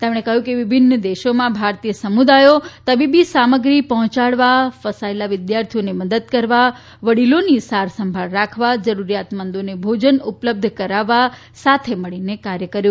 તેમણે કહ્યું કે વિભિન્ન દેશોમાં ભારતીય સમુદાયો તબીબી સામગ્રી પહોંચાડવા ફસાયેલા વિદ્યાર્થીઓની મદદ કરવા વડીલોની સારસંભાળ રાખવા જરૂરિયાતમંદોને ભોજન ઉપલબ્ધ કરાવવા સાથે મળી કાર્ય કર્યું